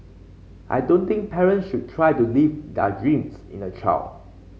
I don't think parents should try to live their dreams in a child